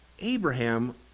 Abraham